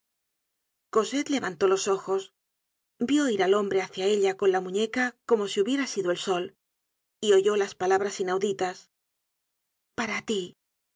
cosette levantó los ojos vió ir al hombre hácia ella con la mu ñeca como si hubiera sido el sol oyó las palabras inauditas pam tí